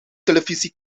televisie